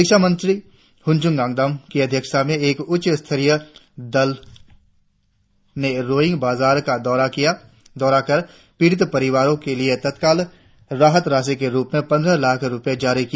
शिक्षा मंत्री होनचुंग नाग्डाम की अध्यक्षता में एक उच्च स्तरीय दल ने रोईंग बाजार का दौरा कर पीड़ित परिवारो के लिए तत्काल राहत राशि के रुप में पंद्रह लाख रुपए जारी किया